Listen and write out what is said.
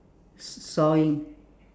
s~ sawing